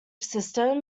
system